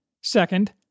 Second